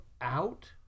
out